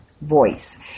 voice